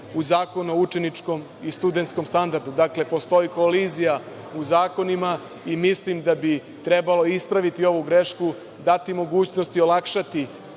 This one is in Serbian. u Zakonu o učeničkom i studentskom standardu. Dakle, postoji kolizija u zakonima i mislim da bi trebalo ispraviti ovu grešku, dati mogućnost i olakšati